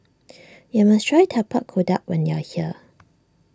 you must try Tapak Kuda when you are here